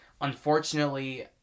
Unfortunately